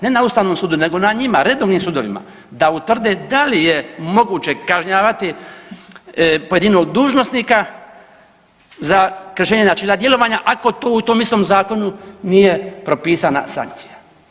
Ne na Ustavnom sudu, nego na njima, na redovnim sudovima da utvrde da li je moguće kažnjavati pojedinog dužnosnika za kršenje načela djelovanja ako to u tom istom zakonu nije propisana sankcija.